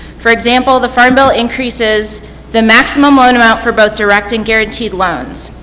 for example, the farm bill increases the maximum loan about for both direct and guaranteed loans.